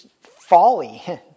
folly